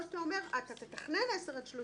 או שאתה אומר שאתה תתכנן 10 עד 30